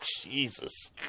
Jesus